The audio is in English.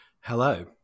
Hello